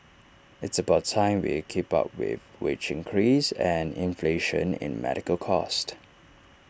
it's about time we keep up with wage increase and inflation in medical cost